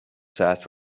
ساعت